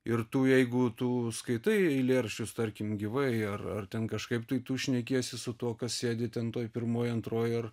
ir tu jeigu tu skaitai eilėraščius tarkim gyvai ar ten kažkaip tai tu šnekiesi su tuo kas sėdi ten toj pirmoj antroj ar